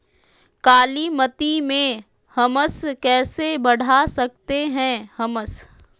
कालीमती में हमस कैसे बढ़ा सकते हैं हमस?